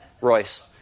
Royce